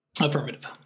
Affirmative